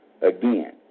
again